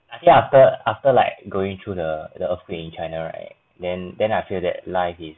I think after after like going through the the earthquake in china right then then I feel that life is